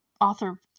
author